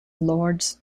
lords